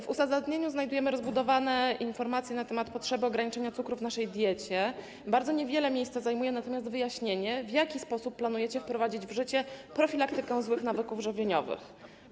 W uzasadnieniu znajdujemy rozbudowane informacje na temat potrzeby ograniczenia cukru w naszej diecie, bardzo niewiele miejsca zajmuje natomiast wyjaśnienie, w jaki sposób planujecie wprowadzić w życie profilaktykę złych nawyków żywieniowych.